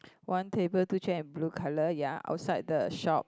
one table two chair and blue colour ya outside the shop